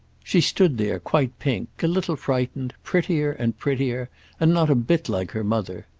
she stood there quite pink, a little frightened, prettier and prettier and not a bit like her mother.